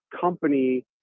company